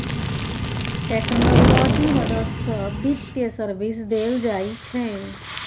technology मदद सँ बित्तीय सर्विस देल जाइ छै